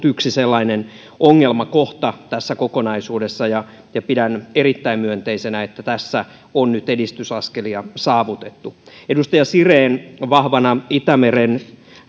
yksi sellainen ongelmakohta tässä kokonaisuudessa ja pidän erittäin myönteisenä sitä että tässä on nyt edistysaskelia saavutettu edustaja siren vahvana itämeren